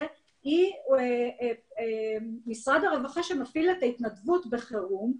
היא משרד הרווחה שמפעיל את ההתנדבות בחירום.